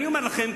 אני אומר לכם,